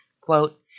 Quote